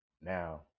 now